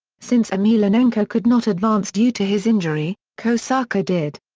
since emelianenko could not advance due to his injury, kohsaka did.